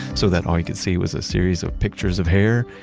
so that all you could see was a series of pictures of hair,